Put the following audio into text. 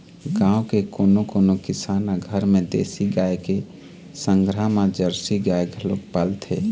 गाँव के कोनो कोनो किसान ह घर म देसी गाय के संघरा म जरसी गाय घलोक पालथे